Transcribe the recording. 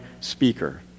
speaker